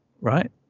right